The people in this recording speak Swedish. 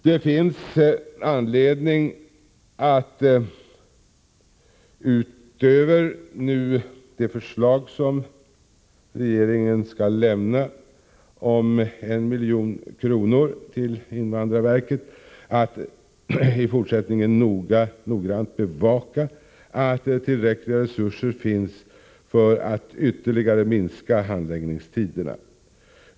Det finns anledning att — utöver regeringens förslag att lämna 1 milj.kr. till invandrarverket — i fortsättningen noggrant bevaka att tillräckliga resurser finns för att ytterligare minska handläggningstiderna.